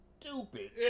stupid